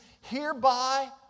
Hereby